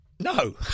No